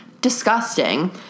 disgusting